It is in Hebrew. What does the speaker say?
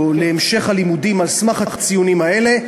להמשך הלימודים על סמך הציונים האלה,